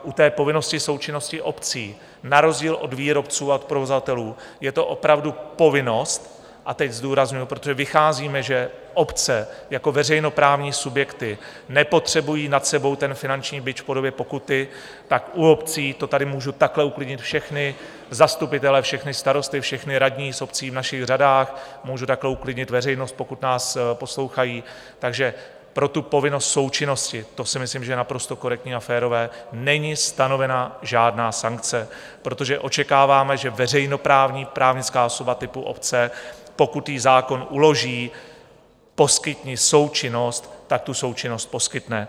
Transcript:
U povinnosti součinnosti obcí na rozdíl od výrobců a provozovatelů je to opravdu povinnost, a teď zdůrazňuji, protože vycházíme, že obce jako veřejnoprávní subjekty nepotřebují nad sebou finanční bič v podobě pokuty, tak u obcí to tady můžu takhle uklidnit všechny zastupitele, všechny starosty, všechny radní z obcí v našich řadách, můžu takhle uklidnit veřejnost, pokud nás poslouchají takže pro povinnost součinnosti, to si myslím, že je naprosto korektní a férové, není stanovena žádná sankce, protože očekáváme, že veřejnoprávní právnická osoba typu obce, pokud jí zákon uloží: Poskytni součinnost, tak tu součinnost poskytne.